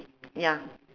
ya